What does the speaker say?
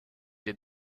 des